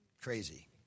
crazy